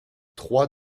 trois